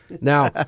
Now